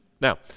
Now